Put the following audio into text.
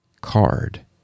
card